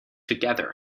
together